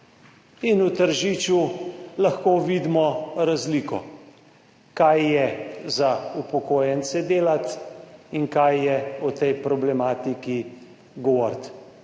in v Tržiču lahko vidimo razliko, kaj je za upokojence delati in kaj je o tej problematiki govoriti.